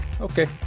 Okay